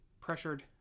pressured